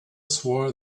swore